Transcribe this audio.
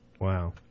Wow